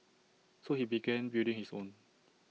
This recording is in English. so he began building his own